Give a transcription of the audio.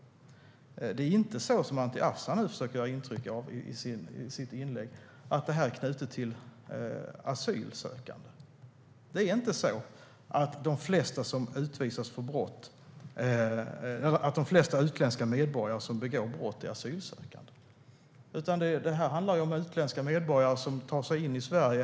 Det är inte knutet till asylsökande, som Anti Avsan försöker ge intryck av i sitt inlägg. Det är inte så att de flesta utländska medborgare som begår brott är asylsökande, utan här handlar det om utländska medborgare som tar sig in i Sverige.